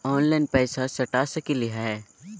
Online पैसा सटा सकलिय है?